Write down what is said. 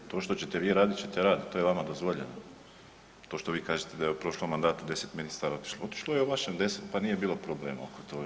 To što ćete vi raditi ćete raditi to je vama dozvoljeno, to što vi kažete da je u prošlom mandatu 10 ministara otišlo, otišlo je i u vašem 10 pa nije bilo problema oko toga.